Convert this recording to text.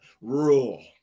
rule